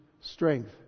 strength